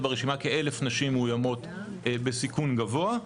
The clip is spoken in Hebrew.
ברשימה כ-1,000 נשים מאוימות בסיכון גבוה.